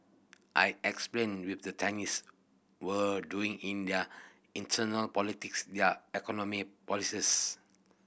I explained with the Chinese were doing in their internal politics their economic policies